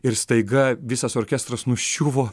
ir staiga visas orkestras nuščiuvo